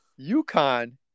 UConn